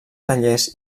tallers